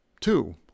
Two